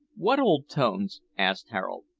what old tones? asked harold.